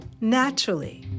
naturally